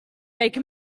make